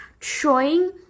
showing